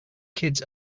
kids